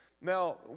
Now